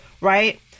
right